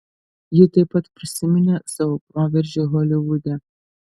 ji taip pat prisiminė savo proveržį holivude